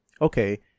okay